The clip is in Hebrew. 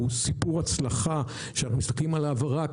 הוא סיפור הצלחה שאנחנו מסתכלים עליו רק